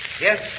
Yes